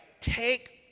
Take